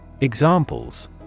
Examples